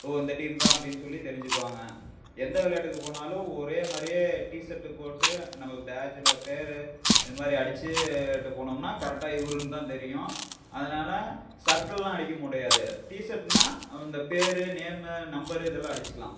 ஓ இந்த டீம் தான் அப்படின்னு சொல்லி தெரிஞ்சுக்குவாங்க எந்த விளையாட்டுக்கு போனாலும் ஒரே மாதிரியே டிசர்ட்டு போட்டு நம்ம பேஜ்ஜில் பேர் இது மாதிரி அடிச்சுட்டு போனோம்னால் கரெக்டாக இவருன்னு தான் தெரியும் அதனால் சர்ட்டெல்லாம் அடிக்க முடியாது டிசர்ட்னால் அந்த பேர் நேமு நம்பரு இதெல்லாம் அடிச்சுக்கிலாம்